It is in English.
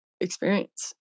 experience